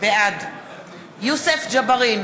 בעד יוסף ג'בארין,